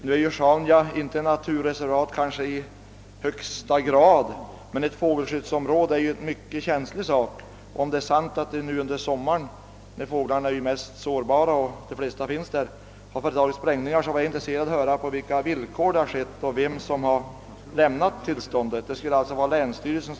Nu är Sjaunja kanske inte naturreservat i strängare mening men också ett fågelskyddsområde är ju någonting mycket känsligt. Om det är sant att det nu under sommaren, när fåglarna är mest sårbara och i största utsträckning uppehåller sig där, har företagits sprängningar, vore det intressant att få veta på vilka platser det skett och vilken myndighet som lämnat tillståndet. Det skulle alltså vara länsstyrelsen.